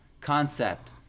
concept